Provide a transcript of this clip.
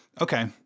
Okay